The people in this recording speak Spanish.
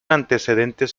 antecedentes